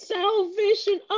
salvation